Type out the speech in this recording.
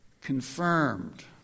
confirmed